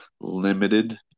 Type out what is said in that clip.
limited